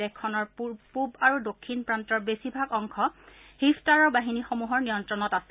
দেশখনৰ পূব আৰু দক্ষিণ প্ৰান্তৰ বেছিভাগ অংশ হিফ্তাৰৰ বাহিনীসমূহৰ নিয়ন্ত্ৰণত আছে